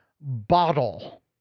bottle